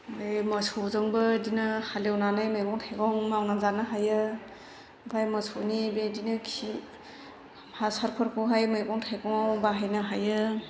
बे मोसौजोंबो बेदिनो हालेवनानै मैगं थाइगं मावनानै जानो हायो ओमफ्राय मोसौनि बेबायदिनो खि हासारफोरखौहाय मैगं थाइगङाव बाहायनो हायो